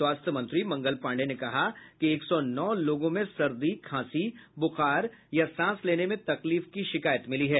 स्वास्थ्य मंत्री मंगल पांडेय ने कहा कि एक सौ नौ लोगों में सर्दी खांसी बुखार या सांस लेने में तकलीफ की शिकायत मिली है